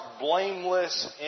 blameless